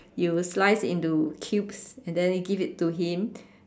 you slice into cubes and then you give it to him